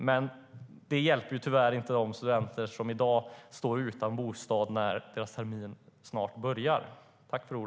Men det hjälper tyvärr inte de studenter som i dag står utan bostad när terminen snart börjar.